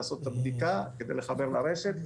לעשות את הבדיקה כדי לחבר לרשת,